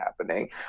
happening